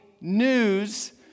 news